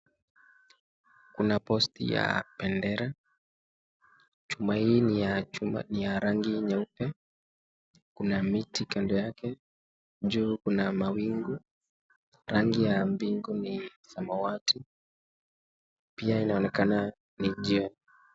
Kuna posti ya bendera, chuma hii ni ya rangi nyeupe. Kuna miti kando yake, juu kuna mawingu. Rangi ya mbingu ni samawati pia inaonekana ni jioni.